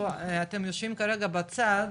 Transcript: אתם יושבים כרגע בצד